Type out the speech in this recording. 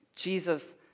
Jesus